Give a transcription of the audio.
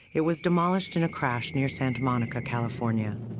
it was demolished in a crash near santa monica, california.